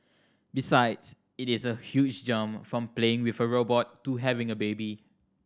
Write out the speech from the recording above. besides it is a huge jump from playing with a robot to having a baby